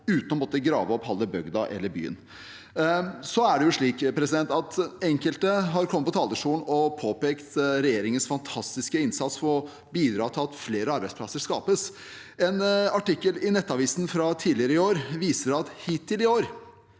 uten å måtte grave opp halve bygda eller byen. Så er det slik at enkelte har vært på talerstolen og påpekt regjeringens fantastiske innsats for å bidra til at flere arbeidsplasser skapes. En artikkel i Nettavisen fra tidligere i år viser at hittil i år